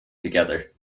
together